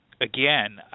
again